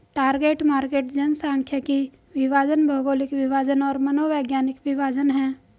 target market जनसांख्यिकीय विभाजन, भौगोलिक विभाजन और मनोवैज्ञानिक विभाजन हैं